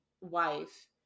wife